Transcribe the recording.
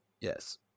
Yes